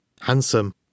handsome